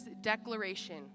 declaration